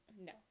No